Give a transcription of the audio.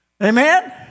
Amen